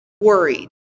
worried